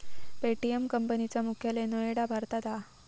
Paytm company चा मुख्यालय नोएडा भारतात हा